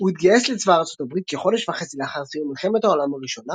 הוא התגייס לצבא ארצות הברית כחודש וחצי לאחר סיום מלחמת העולם הראשונה,